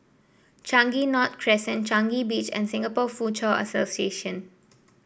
Changi North Crescent Changi Beach and Singapore Foochow Association